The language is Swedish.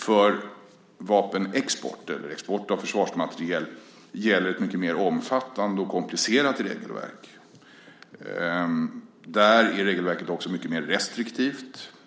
För vapenexport, eller export av försvarsmateriel, gäller ett mycket mer omfattande och komplicerat regelverk. Där är regelverket också mycket mer restriktivt.